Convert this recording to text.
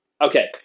Okay